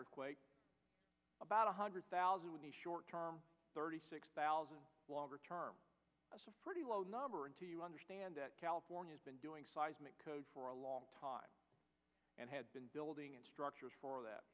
earthquake about one hundred thousand would be short term thirty six thousand longer term pretty low number until you understand that california's been doing seismic code for a long time and had been building in structures for that